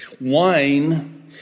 wine